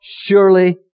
surely